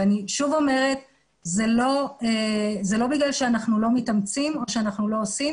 אני שוב אומרת שזה לא בגלל שאנחנו לא מתאמצים או שאנחנו לא עושים